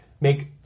make